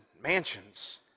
mansions